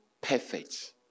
perfect